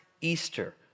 Easter